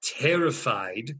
terrified